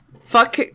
fuck